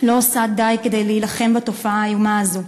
לא עושה די להילחם בתופעה האיומה הזאת.